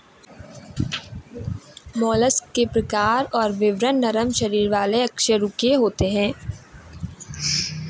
mollusc के प्रकार और विवरण नरम शरीर वाले अकशेरूकीय होते हैं